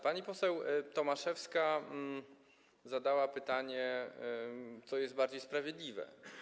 Pani poseł Tomaszewska zadała pytanie, co jest bardziej sprawiedliwe.